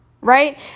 Right